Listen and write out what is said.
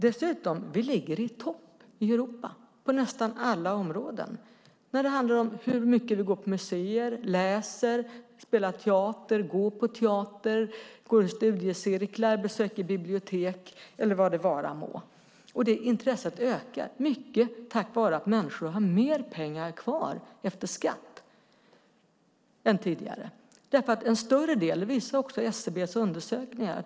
Dessutom ligger vi i topp i Europa på nästan alla områden när det handlar om hur mycket vi går på museer, läser, spelar teater, går på teater, går i studiecirklar, besöker bibliotek eller vad det vara må. Och detta intresse ökar, mycket tack vare att människor har mer pengar kvar efter skatt än tidigare. Det visar också SCB:s undersökningar.